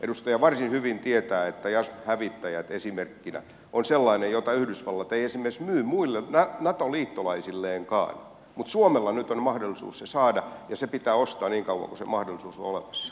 edustaja varsin hyvin tietää että jassm hävittäjät esimerkkinä on sellainen jota yhdysvallat ei esimerkiksi myy muille nato liittolaisilleenkaan mutta suomella nyt on mahdollisuus se saada ja se pitää ostaa niin kauan kuin se mahdollisuus on olemassa